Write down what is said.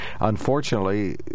Unfortunately